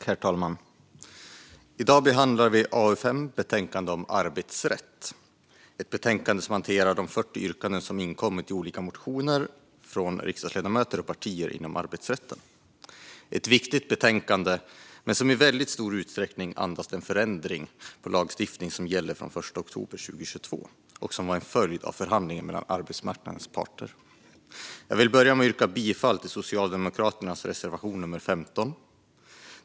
Herr talman! I dag behandlar vi betänkande AU5 Arbetsrätt . I betänkandet hanteras de 40 yrkanden om arbetsrätt som inkommit i olika motioner från riksdagsledamöter och partier. Det är ett viktigt betänkande, men det andas i stor utsträckning den förändring av lagstiftningen som gäller från den 1 oktober 2022 och som var en följd av förhandlingar mellan arbetsmarknadens parter. Jag vill börja med att yrka bifall till Socialdemokraternas reservation nummer 15.